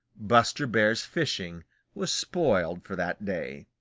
buster bear's fishing was spoiled for that day.